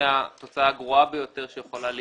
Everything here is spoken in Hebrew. התוצאה הגרועה ביותר שיכולה להיות,